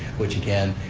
which, again,